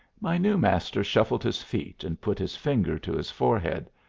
my new master shuffled his feet and put his finger to his forehead.